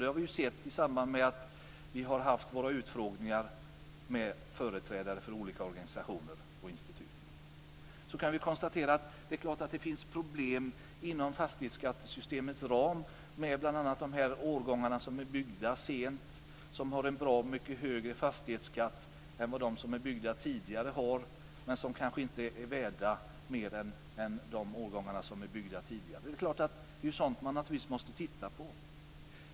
Det har vi sett i samband med våra utfrågningar med företrädare för olika organisationer och institut. Vi kan konstatera att det helt klart finns problem inom fastighetsskattesystemets ram med bl.a. de årgångar av hus som byggdes sent och som har bra mycket högre fastighetsskatt än vad tidigare byggda hus har. Ändå är de kanske inte värda mer än hus från tidigare byggda årgångar. Sådant måste man givetvis titta på.